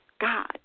God